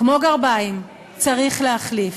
כמו גרביים, צריך להחליף.